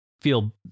feel